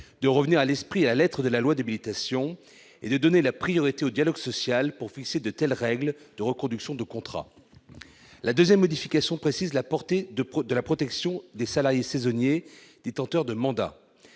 de revenir à l'esprit et à la lettre de la loi d'habilitation en donnant la priorité au dialogue social pour fixer de telles règles de reconduction de contrat. La deuxième modification précise la portée de la protection des salariés saisonniers détenteurs de mandat.